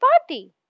party